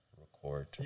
record